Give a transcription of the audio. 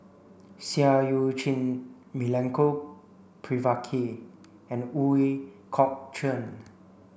Seah Eu Chin Milenko Prvacki and Ooi Kok Chuen